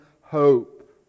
hope